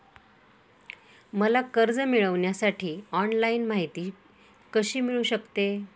मला कर्ज मिळविण्यासाठी ऑनलाइन माहिती कशी मिळू शकते?